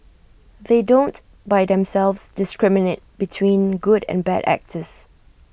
they don't by themselves discriminate between good and bad actors